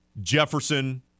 Jefferson